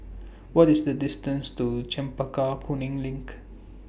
What IS The distance to Chempaka Kuning LINK